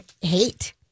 hate